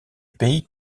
pays